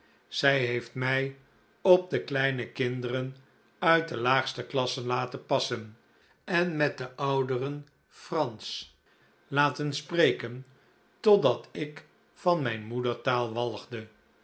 zij heeft mij op de kleine kinderen uit de laagste klassen laten passen en met de ouderen franch laten spreken totdat ik van mijn moedertaal walgde